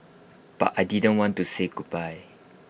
but I didn't want to say goodbye